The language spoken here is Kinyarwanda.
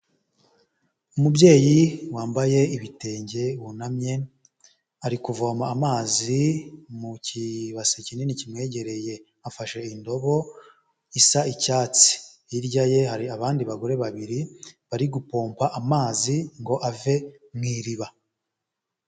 Umubyeyi wambaye ibitenge wunamye ari kuvoma amazi mu kibase kinini kimwegereye afashe indobo isa icyatsi, hirya ye hari abandi bagore babiri bari gupompa amazi ngo ave mu iriba.